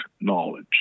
knowledge